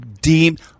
deemed